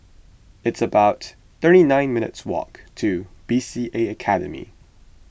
it's about thirty nine minutes' walk to B C A Academy